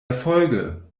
erfolge